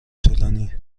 طولانی